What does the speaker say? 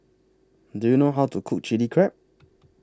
Do YOU know How to Cook Chilli Crab